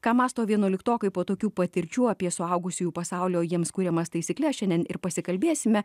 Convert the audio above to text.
ką mąsto vienuoliktokai po tokių patirčių apie suaugusiųjų pasaulio jiems kuriamas taisykles šiandien ir pasikalbėsime